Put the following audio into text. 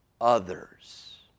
others